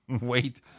Wait